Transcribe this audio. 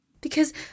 Because